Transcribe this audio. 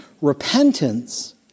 Repentance